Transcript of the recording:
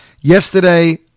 Yesterday